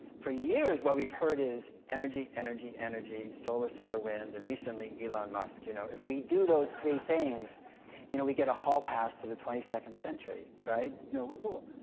for years what we've heard is, energy, energy, energy, solar, solar, wind, and, recently, elon musk. you know if we do those three things you know we get a hall pass to the twenty second century. no, we're cool.